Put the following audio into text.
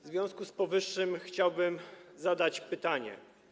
W związku z powyższym chciałbym zadać pytanie.